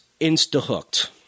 insta-hooked